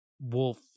wolf